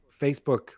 Facebook